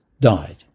died